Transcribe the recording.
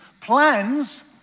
plans